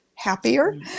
happier